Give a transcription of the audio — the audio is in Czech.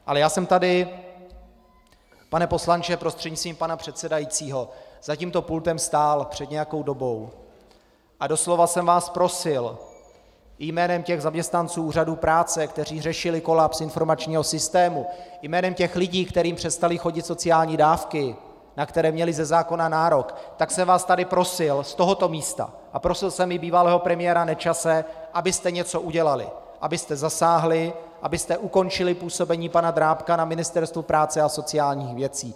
Ale já jsem tady, pane poslanče prostřednictvím pana předsedajícího, za tímto pultem stál před nějakou dobou a doslova jsem vás prosil, i jménem těch zaměstnanců úřadu práce, kteří řešili kolaps informačního systému, i jménem těch lidí, kterým přestaly chodit sociální dávky, na které měli ze zákona nárok, tak jsem vás tady prosil, z tohoto místa, a prosil jsem i bývalého premiéra Nečase, abyste něco udělali, abyste zasáhli, abyste ukončili působení pana Drábka na Ministerstvu práce a sociálních věcí.